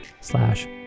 slash